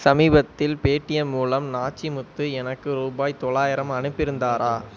சமீபத்தில் பேடிஎம் மூலம் நாச்சிமுத்து எனக்கு ரூபாய் தொள்ளாயிரம் அனுப்பியிருந்தாரா